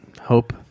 hope